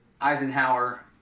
Eisenhower